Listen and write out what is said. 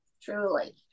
truly